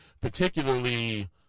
particularly